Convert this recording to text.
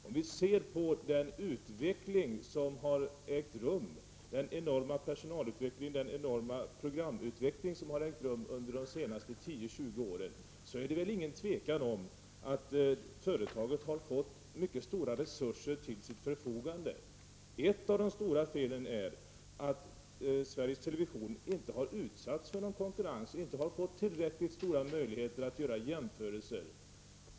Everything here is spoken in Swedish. Om vi ser på den enorma utveckling i fråga om personal och program som har ägt rum under de senaste 10-20 åren, är det väl ingen tvekan om att företaget har fått mycket stora resurser till sitt förfogande. Ett av de stora felen är att Sveriges television inte har utsatts för någon konkurrens, inte har fått tillräckligt stora möjligheter att göra jämförelser.